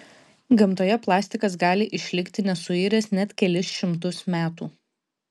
gamtoje plastikas gali išlikti nesuiręs net kelis šimtus metų